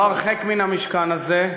לא הרחק מן המשכן הזה,